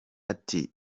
ati